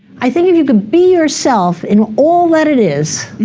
i think if you can be yourself and all that it is,